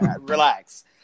Relax